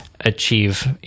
achieve